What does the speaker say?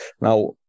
Now